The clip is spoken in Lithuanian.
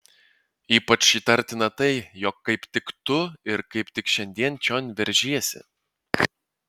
ypač įtartina tai jog kaip tik tu ir kaip tik šiandien čion veržiesi